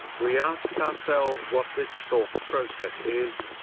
we ask ourselves what this thought process is,